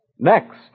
Next